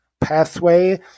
pathway